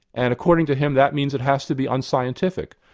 and according to him, that means it has to be unscientific.